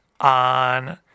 On